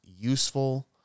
useful